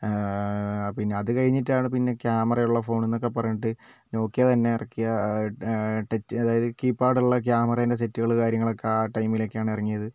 പിന്നെ അത് കഴിഞ്ഞിട്ടാണ് പിന്നെ കാമറ ഉള്ള ഫോൺ എന്നൊക്കെ പറഞ്ഞിട്ട് നോക്കിയ തന്നെ ഇറക്കിയ ടച്ച് അതായത് കീപാഡ് ഉള്ള ക്യാമറേൻ്റെ സെറ്റുകൾ കാര്യങ്ങളൊക്കെ ആ ടൈമിൽ ഒക്കെയാണ് ഇറങ്ങിയത്